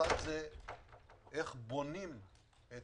אחד, איך בונים את